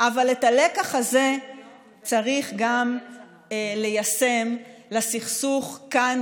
אבל את הלקח הזה צריך גם ליישם לסכסוך כאן,